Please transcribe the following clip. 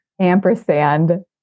ampersand